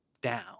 down